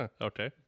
Okay